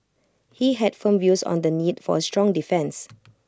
he had firm views on the need for A strong defence